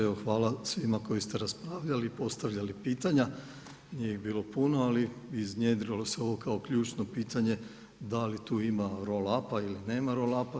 Evo hvala svima koji ste raspravljali i postavljali pitanja, nije ih bilo puno, ali iznjedrilo se ovo kao ključno pitanje da li tu ima roll up-a ili nema roll up-a.